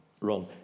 Ron